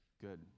good